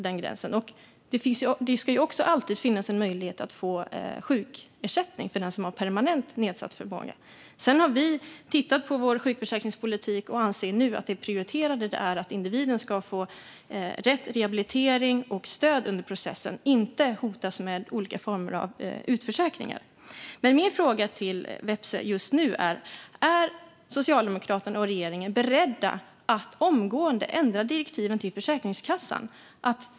Det ska också alltid finnas en möjlighet att få sjukersättning för den som har permanent nedsatt förmåga. Sedan har vi tittat på vår sjukförsäkringspolitik och anser nu att det prioriterade är att individen ska få rätt rehabilitering och stöd under processen och inte hotas med olika former av utförsäkringar. Min fråga till Vepsä just nu är: Är Socialdemokraterna och regeringen beredda att omgående ändra direktiven till Försäkringskassan?